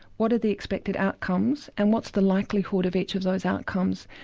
what are the expected outcomes? andwhat's the likelihood of each of those outcomes?